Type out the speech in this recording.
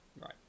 Right